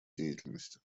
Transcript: деятельности